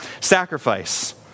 sacrifice